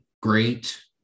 great